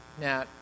Now